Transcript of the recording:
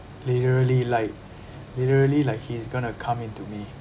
literally like literally like he's gonna come into me